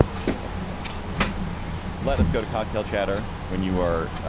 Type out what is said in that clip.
check it out let us go to cocktail chatter. when you are